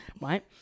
Right